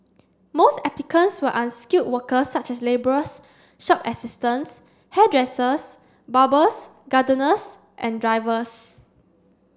most applicants were unskilled workers such as labourers shop assistants hairdressers barbers gardeners and drivers